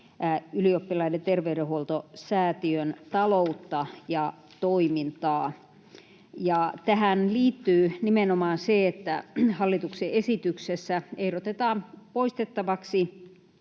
Ylioppilaiden terveydenhoitosäätiön taloutta ja toimintaa. Tähän liittyy nimenomaan se, että hallituksen esityksessä ehdotetaan poistettavaksi